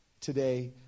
today